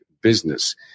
business